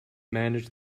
manage